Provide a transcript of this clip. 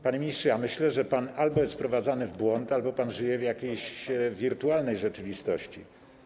Panie ministrze, myślę, że pan albo jest wprowadzany w błąd, albo pan żyje w jakiejś wirtualnej rzeczywistości.